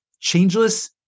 changeless